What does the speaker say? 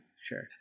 sure